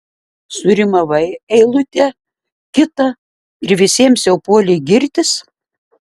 surimavai eilutę kitą ir visiems jau puoli girtis